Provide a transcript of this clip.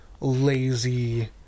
lazy